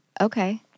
Okay